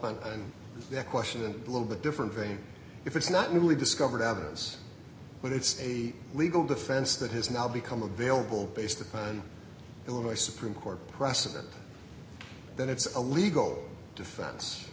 on that question a little bit different thing if it's not newly discovered evidence but it's a legal defense that has now become available base the illinois supreme court precedent that it's a legal defense